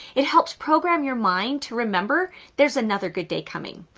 it helps program your mind to remember there's another good day coming.